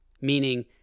meaning